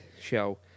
show